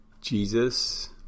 Jesus